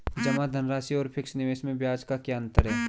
जमा धनराशि और फिक्स निवेश में ब्याज का क्या अंतर है?